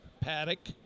paddock